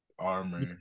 Armor